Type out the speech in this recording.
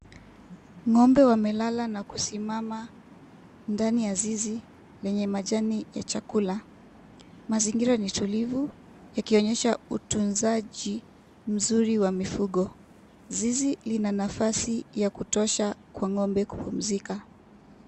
Ng'ombe wamelala na kusimama ndani ya zizi lenye majani ya chakula. Mazingira ni tulivu inaonyesha utunzaji mzuri wa mifugo. Zizi lina nafasi ya kutosha kwa ng'ombe kupumzika.